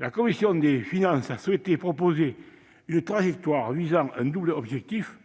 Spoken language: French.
La commission des finances a souhaité proposer une trajectoire visant un double objectif :